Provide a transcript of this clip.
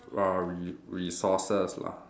uh re~ resources lah